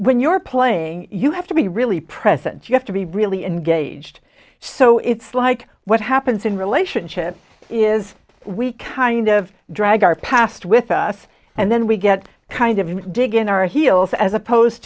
when you're playing you have to be really present you have to be really engaged so it's like what happens in relationships is we kind of drag our past with us and then we get kind of dig in our heels as opposed